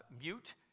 mute